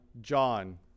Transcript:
John